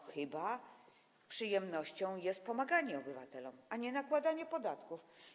Chyba przyjemnością jest pomaganie obywatelom, a nie nakładanie podatków.